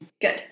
Good